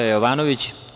Jovanović.